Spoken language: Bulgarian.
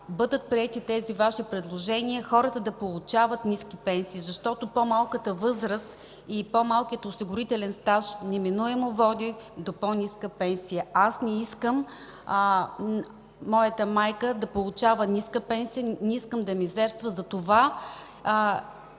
бъдат приети тези Ваши предложения, хората да получават ниски пенсии, защото по-малката възраст и по-малкият осигурителен стаж неминуемо водят до по-ниска пенсия. Аз не искам моята майка да получава ниска пенсия, не искам да мизерства, затова